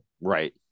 Right